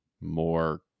more